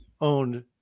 owned